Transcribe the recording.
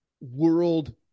world